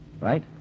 Right